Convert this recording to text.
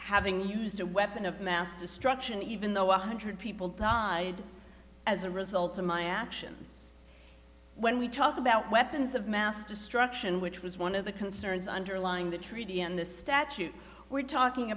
having used a weapon of mass destruction even though one hundred people died as a result of my actions when we talk about weapons of mass destruction which was one of the concerns underlying the treaty and the statute we're talking